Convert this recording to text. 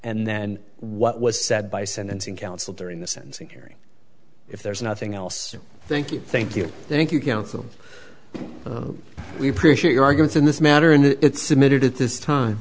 and then what was said by sentencing counsel during the sentencing hearing if there's nothing else thank you thank you thank you counsel we appreciate your organs in this matter and it's submitted at this time